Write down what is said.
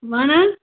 وَن حظ